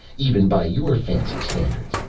even by your fancy standards.